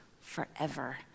forever